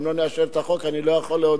אם לא נאשר את החוק, אני לא יכול להודות.